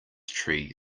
tree